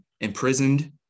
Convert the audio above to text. imprisoned